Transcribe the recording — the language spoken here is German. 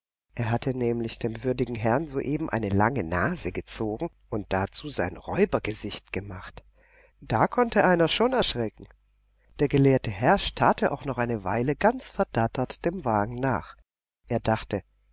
er hatte nämlich dem würdigen herrn soeben eine lange nase gezogen und dazu sein räubergesicht gemacht da konnte einer schon erschrecken der gelehrte herr starrte auch noch eine weile ganz verdattert dem wagen nach er dachte